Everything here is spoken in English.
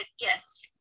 yes